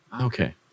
Okay